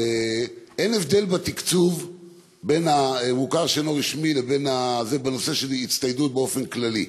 אין הבדל בתקצוב בין המוכר שאינו רשמי בנושא של הצטיידות באופן כללי,